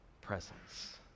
presence